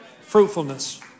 fruitfulness